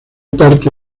parte